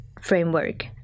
framework